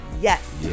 yes